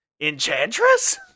enchantress